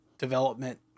development